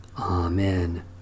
Amen